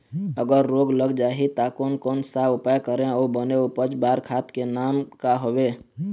अगर रोग लग जाही ता कोन कौन सा उपाय करें अउ बने उपज बार खाद के नाम का हवे?